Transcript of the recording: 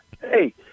Hey